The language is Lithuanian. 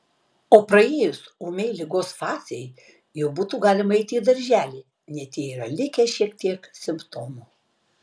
o praėjus ūmiai ligos fazei jau būtų galima eiti į darželį net jei yra likę šiek tiek simptomų